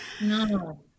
no